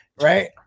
right